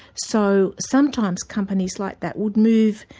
so sometimes companies like that would move,